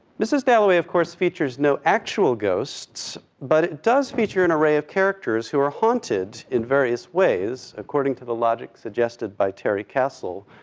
mrs. dalloway, of course, features no actual ghosts, but it does feature an array of characters who are haunted in various ways, according to the logic suggested by terry castle,